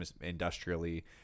industrially